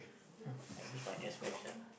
hmm I miss my ex wife sia